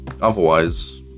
otherwise